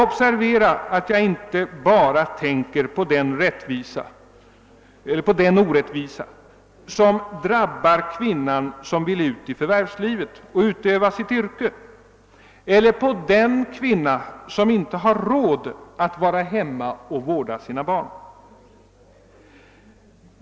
Observera att jag inte bara tänker på den orättvisa som drabbar kvinnan som vill ut i förvärvslivet och utöva sitt yrke eller på den kvinna som inte har råd att vara hemma och vårda sina barn.